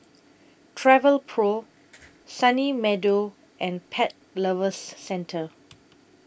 Travelpro Sunny Meadow and Pet Lovers Centre